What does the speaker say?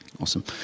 Awesome